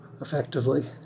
effectively